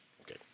okay